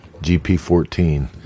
gp14